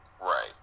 right